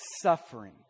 suffering